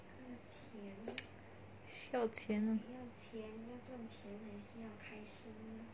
需要钱